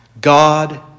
God